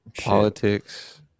Politics